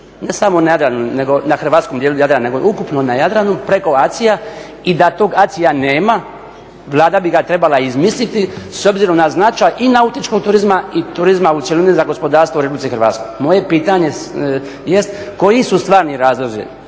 ne samo na hrvatskom dijelu Jadrana nego ukupno na Jadranu preko ACI-ja i da tog ACI-ja nema Vlada bi ga trebala izmisliti s obzirom na značaj i nautičkog turizma i turizma u cjelini za gospodarstvo u RH. Moje pitanje jest koji su stvarni razlozi,